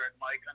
Mike